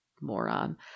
moron